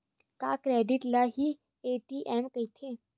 का क्रेडिट ल हि ए.टी.एम कहिथे?